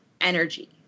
energy